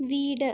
വീട്